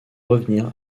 revenir